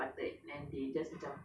for them